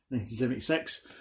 1976